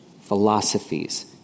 philosophies